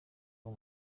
uwo